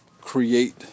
create